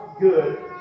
good